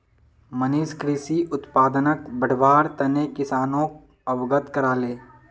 मनीष कृषि उत्पादनक बढ़व्वार तने किसानोक अवगत कराले